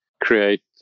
create